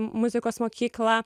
muzikos mokyklą